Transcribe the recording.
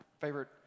favorite